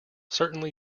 certainly